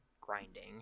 grinding